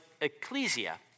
ecclesia